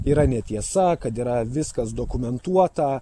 yra netiesa kad yra viskas dokumentuota